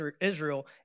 Israel